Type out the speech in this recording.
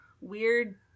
weird